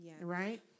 right